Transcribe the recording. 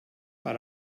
per